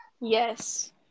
Yes